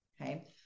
okay